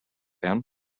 band